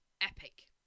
Epic